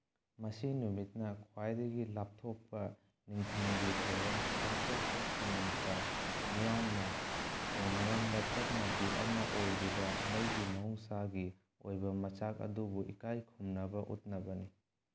ꯃꯁꯤ ꯅꯨꯃꯤꯠꯅ ꯈ꯭ꯋꯥꯏꯗꯒꯤ ꯂꯥꯞꯊꯣꯛꯄ ꯅꯤꯡꯊꯝꯒꯤ ꯊꯧꯔꯝ ꯄꯥꯡꯊꯣꯛꯄꯁꯤꯡꯗ ꯃꯤꯌꯥꯝꯅ ꯇꯧꯅꯔꯝꯕ ꯆꯠꯅꯕꯤ ꯑꯃ ꯑꯣꯏꯔꯤꯕ ꯃꯩꯒꯤ ꯃꯍꯧꯁꯥꯒꯤ ꯑꯣꯏꯕ ꯃꯆꯥꯛ ꯑꯗꯨꯕꯨ ꯏꯀꯥꯏ ꯈꯨꯝꯅꯕ ꯎꯠꯅꯕꯅꯤ